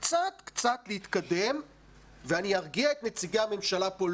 קצת קצת להתקדם ואני ארגיע את נציגי הממשלה פה,